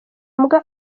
mbwa